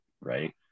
right